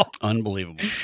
Unbelievable